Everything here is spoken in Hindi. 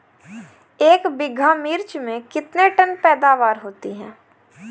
एक बीघा मिर्च में कितने टन पैदावार होती है?